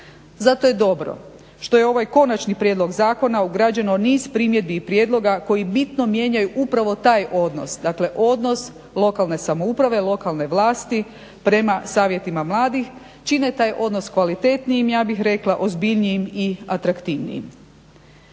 Zato je dobro što je u ovaj konačni prijedlog zakona ugrađeno niz primjedbi i prijedloga koji bitno mijenjaju upravo taj odnos, dakle odnos lokalne samouprave, lokalne vlasti prema Savjetima mladih, čine taj odnos kvalitetnijim, ja bih rekla ozbiljnijim i atraktivnijim.